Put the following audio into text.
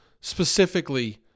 specifically